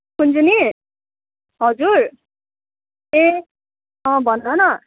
कुञ्जनी हजुर ए अँ भनन